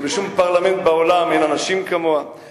שבשום פרלמנט בעולם אין אנשים כמו שיש בה,